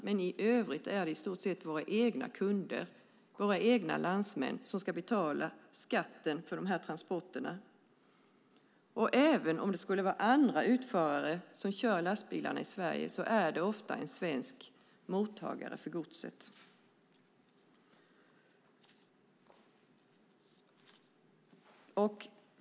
Men i övrigt är det i stort sett våra egna kunder, våra egna landsmän som ska betala skatten för transporterna. Även om det skulle vara andra utförare som kör lastbilarna i Sverige är det ofta en svensk mottagare av godset.